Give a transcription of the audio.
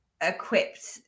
equipped